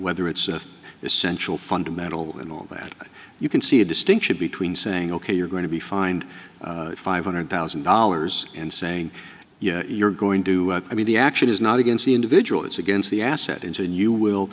whether it's essential fundamental in all that you can see a distinction between saying ok you're going to be fined five hundred thousand dollars and saying yeah you're going to i mean the action is not against the individual it's against the asset into you will